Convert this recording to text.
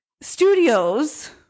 Studios